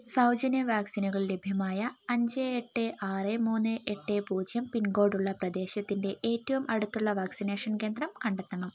സൗജന്യ വാക്സിനുകൾ ലഭ്യമായ അഞ്ച് എട്ട് ആറ് മൂന്ന് എട്ട് പൂജ്യം പിൻകോഡുള്ള പ്രദേശത്തിൻറ്റെ ഏറ്റവും അടുത്തുള്ള വാക്സിനേഷൻ കേന്ദ്രം കണ്ടെത്തണം